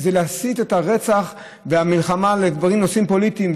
זה להסיט את הרצח והמלחמה לנושאים פוליטיים.